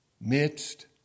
midst